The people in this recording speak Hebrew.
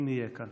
אם יהיה כאן.